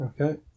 Okay